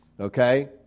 Okay